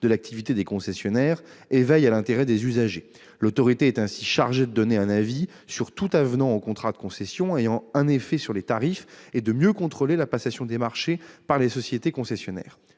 de l'activité des concessionnaires et veille à l'intérêt des usagers. Elle est ainsi chargée de donner un avis sur tout avenant aux contrats de concessions ayant un effet sur les tarifs et de mieux contrôler la passation des marchés par les sociétés concessionnaires.